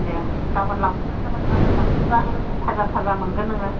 दे गाबोन लांफैबानो जाबाय गाबोन लांफैबा थाजा थाजा मोनगोन नोङो